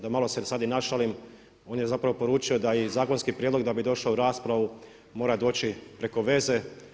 Da malo se sad i našalim on je zapravo poručio da i zakonski prijedlog da bi došao u raspravu mora doći preko veze.